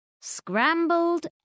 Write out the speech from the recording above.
Scrambled